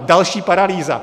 Další paralýza.